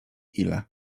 ile